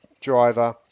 driver